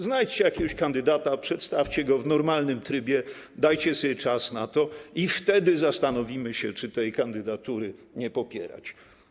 Znajdźcie jakiegoś kandydata, przedstawcie go w normalnym trybie, dajcie sobie czas na to i wtedy zastanowimy się, czy tej kandydatury nie popierać.